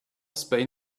spain